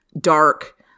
dark